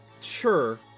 Sure